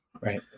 right